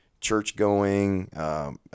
church-going